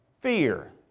fear